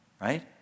right